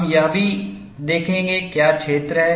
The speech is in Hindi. हम यह भी देखेंगे क्या क्षेत्र हैं